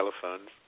telephones